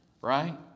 right